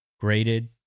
graded